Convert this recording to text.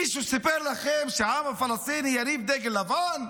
מישהו סיפר לכם שהעם הפלסטיני ירים דגל לבן?